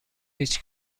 هیچ